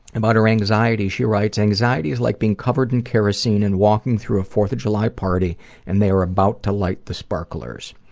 and but her anxiety, she writes, anxiety is like being covered in kerosene and walking through a fourth of july party and they're about to light the sparklers.